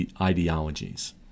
ideologies